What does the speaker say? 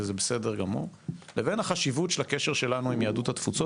וזה בסדר גמור לבין החשיבות של הקשר שלנו עם יהדות התפוצות